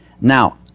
now